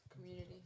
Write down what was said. Community